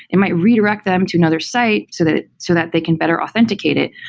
it might redirect them to another site, so that so that they can better authenticate it.